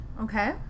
Okay